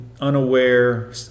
unaware